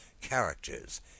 Characters